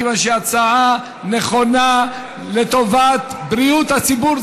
מכיוון שהיא הצעה נכונה לטובת בריאות הציבור,